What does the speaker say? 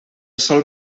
sòl